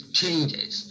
changes